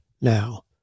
now